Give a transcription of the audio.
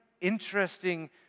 interesting